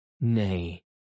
Nay